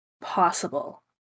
possible